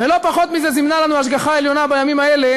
ולא פחות מזה זימנה לנו ההשגחה העליונה בימים האלה